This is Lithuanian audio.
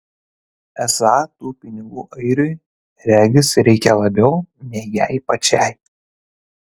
esą tų pinigų airiui regis reikia labiau nei jai pačiai